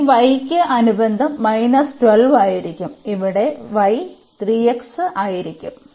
അതിനാൽ ഈ y യ്ക്ക് അനുബന്ധം 12 ആയിരിക്കും ഇവിടെ y 3x ആയിരിക്കും